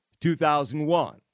2001